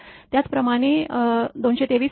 त्याचप्रमाणे २२३